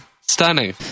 stunning